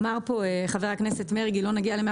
אמר כאן חבר הכנסת מרגי שלא נגיע ל-100